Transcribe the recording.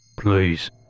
Please